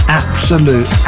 absolute